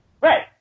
Right